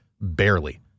barely